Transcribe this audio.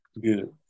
Good